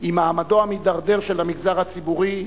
עם מעמדו המידרדר של המגזר הציבורי,